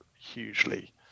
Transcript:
hugely